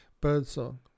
Birdsong